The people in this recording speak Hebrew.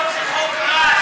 זה חוק רע.